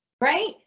right